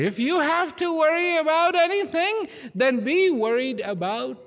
if you have to worry about anything then be worried about